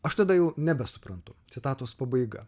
aš tada jau nebesuprantu citatos pabaiga